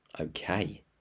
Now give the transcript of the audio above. Okay